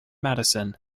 madison